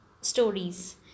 stories